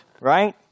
right